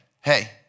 hey